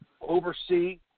oversee